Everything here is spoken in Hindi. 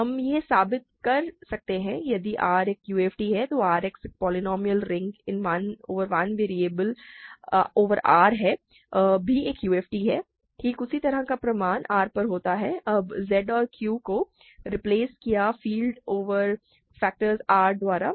हम यह साबित कर सकते हैं कि यदि R एक UFD है तो RX एक polynomial ring in one variable over R है भी एक UFD है ठीक उसी तरह का प्रमाण R पर होता है अब Z और Q को रिप्लेस किया फील्ड ऑफ़ फ्रैक्शंस R द्वारा